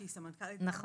שהיא סמנכ"לית בעמותה,